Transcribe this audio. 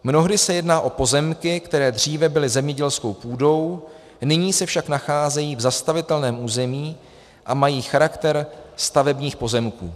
Mnohdy se jedná o pozemky, které dříve byly zemědělskou půdou, nyní se však nacházejí v zastavitelném území a mají charakter stavebních pozemků.